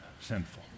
sinful